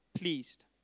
pleased